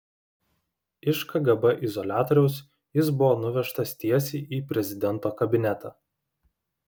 iš kgb izoliatoriaus jis buvo nuvežtas tiesiai į prezidento kabinetą